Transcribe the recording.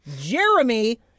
jeremy